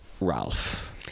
Ralph